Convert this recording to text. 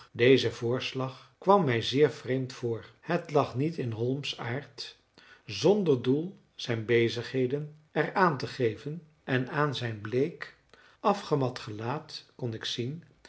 deze voorslag kwam mij zeer vreemd voor het lag niet in holmes aard zonder doel zijn bezigheden er aan te geven en aan zijn bleek afgemat gelaat kon ik zien